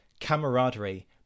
camaraderie